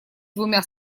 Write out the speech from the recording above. двумя